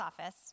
office